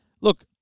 look